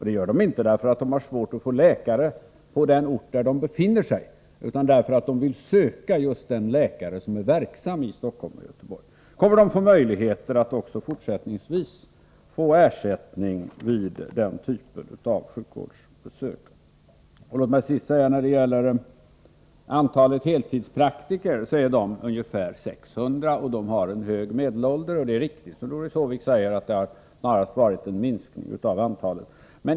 De gör det inte för att de har svårt att få läkare på den ort där de befinner sig, utan därför att de vill söka just den läkare som är verksåm i Stockholm eller Göteborg. Kommer de att få möjlighet att även fortsättningsvis få ersättning vid den typen av sjukvårdsbesök? Heltidspraktikerna är ungefär 600 till antalet. De har en hög medelålder, och det är riktigt som Doris Håvik säger att antalet har minskat.